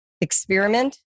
experiment